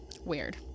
weird